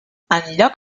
enlloc